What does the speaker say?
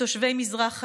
ותושבי מזרח העיר,